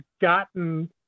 gotten